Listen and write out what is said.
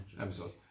episodes